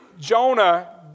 Jonah